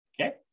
Okay